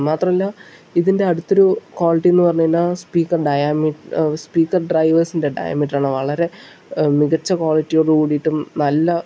മാത്രമല്ല ഇതിൻ്റെ അടുത്തൊരു ക്വാളിറ്റിയെന്ന് പറഞ്ഞു കഴിഞ്ഞാൽ സ്പീക്കർ സ്പീക്കർ ഡ്രൈവേഴ്സിൻ്റെ ഡയാമീറ്ററാണ് വളരെ മികച്ച ക്വാളിറ്റിയോട് കൂടീട്ടും നല്ല